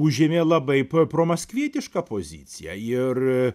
užėmė labai p promaskvietišką poziciją ir